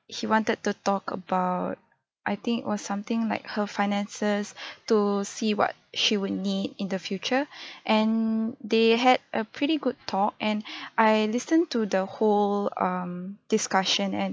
she wanted to talk about I think It was something like her finances to see what she would need in the future and they had a pretty good talk and I listened to the whole um discussion and